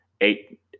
eight